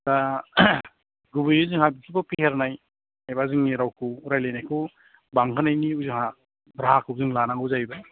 दा गुबैयै जोंहा बिसोरखौ फेहेरनाय एबा जोंनि रावखौ रायलायनायखौ बांहोनायनि जोंहा राहाखौ जों लानांगौ जाहैबाय